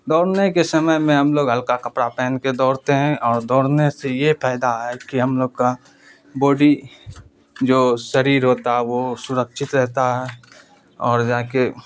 دوڑنے کے سمے میں ہم لوگ ہلکا کپڑا پہن کے دورتے ہیں اور دوڑنے سے یہ فائدہ ہے کہ ہم لوگ کا بوڈی جو شریر ہوتا ہے وہ سرکچھت رہتا ہے اور جا کے